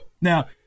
Now